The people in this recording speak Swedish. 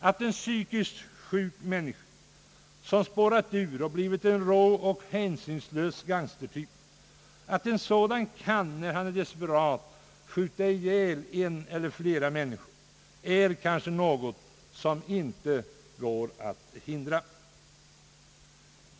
Att en psykiskt sjuk människa, som spårat ur och blivit en rå och hänsynslös gangstertyp, kan skjuta ihjäl en eller flera människor när han blir desperat är kanske någonting som det inte går att hindra.